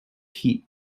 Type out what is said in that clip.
heat